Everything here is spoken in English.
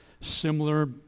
similar